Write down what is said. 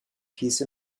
peace